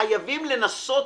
שחייבים לנסות,